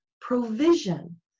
provision